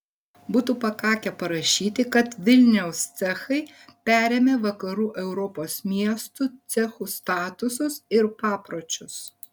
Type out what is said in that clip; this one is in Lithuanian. būtų pakakę parašyti kad vilniaus cechai perėmė vakarų europos miestų cechų statusus ir papročius